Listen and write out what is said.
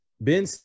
Ben